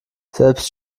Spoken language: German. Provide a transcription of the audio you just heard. selbst